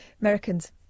Americans